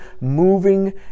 moving